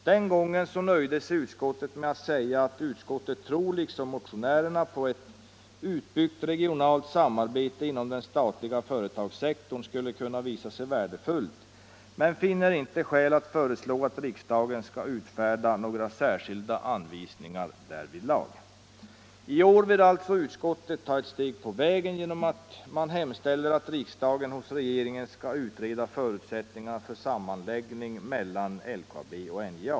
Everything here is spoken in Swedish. Den gången nöjde sig utskottet med att säga att utskottet tror liksom motionärerna att ett utbyggt regionalt samarbete inom den statliga företagssektorn skulle kunna visa sig värdefullt men finner inte skäl att föreslå att riksdagen skall utfärda några särskilda anvisningar därvidlag. I år vill utskottet ta ett steg på vägen och hemställer att riksdagen hos regeringen skall utreda förutsättningarna för en sammanläggning av LKAB och NJA.